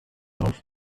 auf